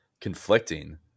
conflicting